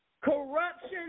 Corruption